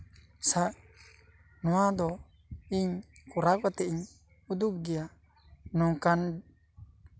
ᱥᱟ ᱱᱚᱣᱟ ᱫᱚ ᱤᱧ ᱠᱚᱨᱟᱣ ᱠᱟᱛᱮᱜ ᱤᱧ ᱩᱫᱩᱜ ᱜᱮᱭᱟ ᱱᱚᱝᱠᱟᱱ